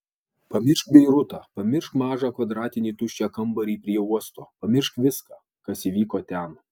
pamiršk beirutą pamiršk mažą kvadratinį tuščią kambarį prie uosto pamiršk viską kas įvyko ten